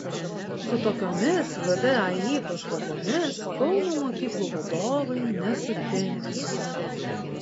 su tokiomis vdai pastabomis kauno mokyklų vadovai nesutinka